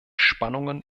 spannungen